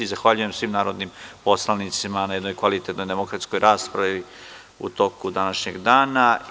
Zahvaljujem svim narodnim poslanicima na jednoj kvalitetnoj demokratskoj raspravi u toku današnjeg dana.